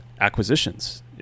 acquisitions